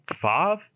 five